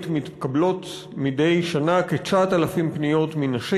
מתקבלות מדי שנה כ-9,000 פניות מנשים.